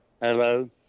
Hello